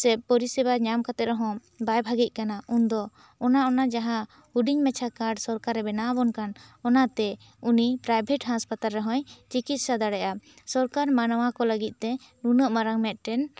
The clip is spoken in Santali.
ᱥᱮ ᱯᱚᱨᱤᱥᱮᱣᱟ ᱧᱟᱢ ᱠᱟᱛᱮᱜᱮ ᱨᱮᱦᱚᱸ ᱵᱟᱭ ᱵᱷᱟᱹᱜᱤᱜ ᱠᱟᱱᱟ ᱩᱱ ᱫᱚ ᱚᱱᱟ ᱚᱱᱟ ᱡᱟᱦᱟᱸ ᱦᱩᱰᱤᱧ ᱢᱟᱪᱷᱟ ᱠᱟᱨᱰ ᱡᱟᱦᱟᱸ ᱥᱚᱨᱠᱟᱨ ᱮ ᱵᱮᱱᱟᱣ ᱵᱚᱱ ᱠᱟᱱ ᱚᱱᱟᱛᱮ ᱩᱱᱤ ᱯᱨᱟᱭᱵᱷᱮᱴ ᱦᱟᱥᱯᱟᱛᱟᱞ ᱨᱮᱦᱚᱸᱭ ᱪᱤᱠᱤᱛᱥᱟ ᱫᱟᱲᱮᱭᱟᱜ ᱟᱭ ᱥᱚᱨᱠᱟᱨ ᱢᱟᱱᱣᱟ ᱠᱚ ᱞᱟᱹᱜᱤᱛ ᱛᱮ ᱩᱱᱟᱹᱜ ᱢᱟᱨᱟᱝ ᱢᱤᱫ ᱴᱮᱱ